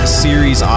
series